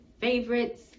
favorites